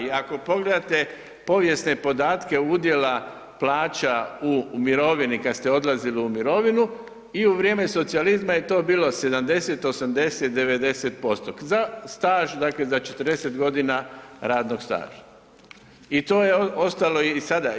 I ako pogledate povijesne podatke udjela plaća u mirovini kada ste odlazili u mirovinu i u vrijeme socijalizma je to bilo 70, 80, 90% za staž, dakle za 40 godina radnog staža i to je ostalo i sada.